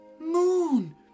Moon